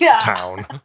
town